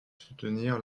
soutenir